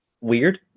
weird